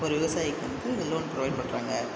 ஒரு விவசாயிக்கு வந்து லோன் ப்ரொவைட் பண்றாங்கள்